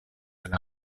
alla